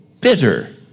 bitter